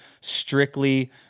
strictly